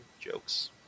jokes